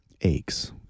aches